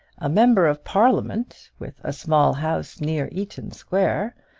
a member of parliament, with a small house near eaton square,